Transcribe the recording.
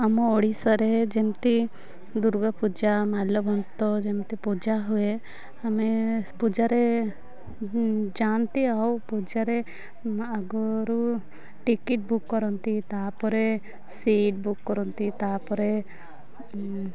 ଆମ ଓଡ଼ିଶାରେ ଯେମିତି ଦୁର୍ଗା ପୂଜା ମାଲ୍ୟବନ୍ତ ଯେମିତି ପୂଜା ହୁଏ ଆମେ ପୂଜାରେ ଯାଆନ୍ତି ଆଉ ପୂଜାରେ ଆଗରୁ ଟିକେଟ୍ ବୁକ୍ କରନ୍ତି ତା'ପରେ ସିଟ୍ ବୁକ୍ କରନ୍ତି ତା'ପରେ